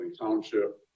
Township